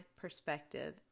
perspective